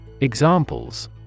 Examples